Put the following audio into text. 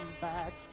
back